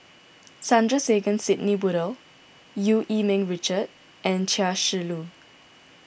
Sandrasegaran Sidney Woodhull Eu Yee Ming Richard and Chia Shi Lu